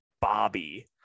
Bobby